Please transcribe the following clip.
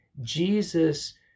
Jesus